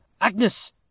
Agnes